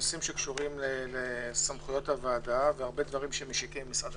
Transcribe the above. לנושאים שקשורים לסמכויות הוועדה והרבה דברים שמשיקים למשרד המשפטים.